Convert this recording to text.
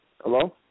Hello